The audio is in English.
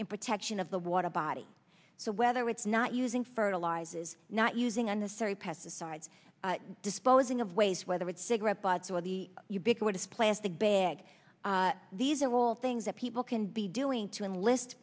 in protection of the water body so whether it's not using fertilizes not using on the surrey pesticides disposing of ways whether it's cigarette butts or the ubiquitous plastic bag these are all things that people can be doing to enlist